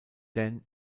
dan